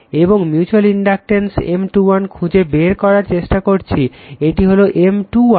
এবং mutual inductance M 2 1 খুঁজে বের করার চেষ্টা করছি এটি হল M 2 1